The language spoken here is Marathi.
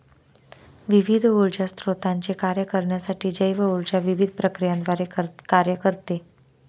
विविध ऊर्जा स्त्रोतांचे कार्य करण्यासाठी जैव ऊर्जा विविध प्रक्रियांद्वारे कार्य करते